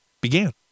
began